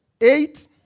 eight